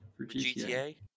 GTA